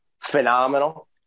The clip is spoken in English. phenomenal